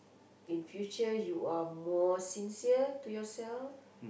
in future you are more sincere to yourself